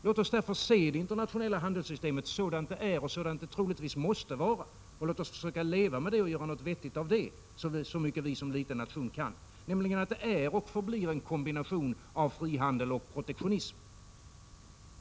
Låt oss därför se det internationella handelssystemet sådant det är och sådant det troligtvis måste vara. Låt oss även försöka leva med det och — så mycket som vi som liten nation kan — göra något vettigt av det. Vi måste inse att systemet är och förblir en kombination av frihandel och protektionism.